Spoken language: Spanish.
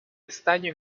estaño